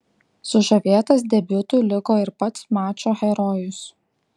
sužavėtas debiutu liko ir pats mačo herojus